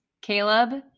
Caleb